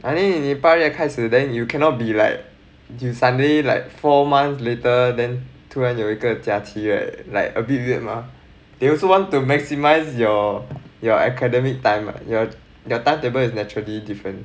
I think 你你八月开始 then you cannot be like you sunday like four months later then 突然有一个假期 right like a bit weird mah they also want to maximize your your academic time lah your your timetable is naturally different